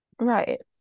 Right